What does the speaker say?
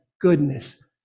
goodness